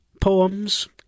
poems